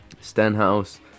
Stenhouse